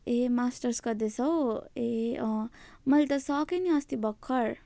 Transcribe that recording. ए masters गर्दैछौ ए अँ मैले त सकेँ नि अस्ति भर्खर